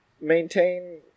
maintain